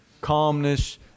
calmness